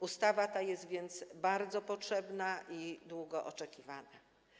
Ustawa ta jest więc bardzo potrzebna i długo oczekiwana.